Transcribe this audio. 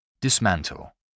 Dismantle